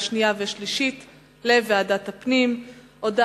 שנייה ושלישית לוועדת הפנים והגנת הסביבה.